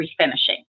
refinishing